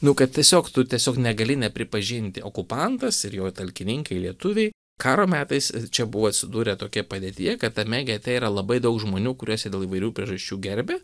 nu kad tiesiog tu tiesiog negali nepripažinti okupantas ir jo talkininkai lietuviai karo metais čia buvo atsidūrę tokioje padėtyje kad tame gete yra labai daug žmonių kuriuos jie dėl įvairių priežasčių gerbia